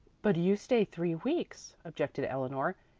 but you stay three weeks, objected eleanor,